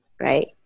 Right